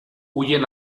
huyen